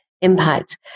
impact